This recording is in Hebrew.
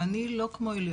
ואני לא כמו אלי,